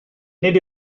nid